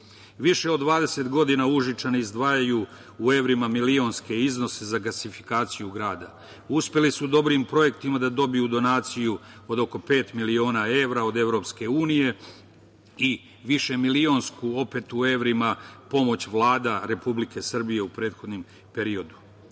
Više od 20 godina Užičani izdvajaju u evrima milionske iznose za gasifikaciju grada. Uspeli su dobrim projektima da dobiju donaciju od oko pet miliona evra od EU i višemilionsku, opet u evrima, pomoć Vlade Republike Srbije u prethodnom periodu. Ova